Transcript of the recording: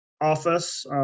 office